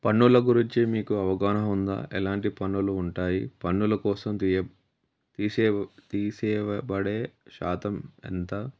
పన్నుల గురించి మీకు అవగాహన ఉందా ఎలాంటి పన్నులు ఉంటాయి పన్నులకోసం తీయ తీసేవ్ తీసేవబడే శాతం ఎంత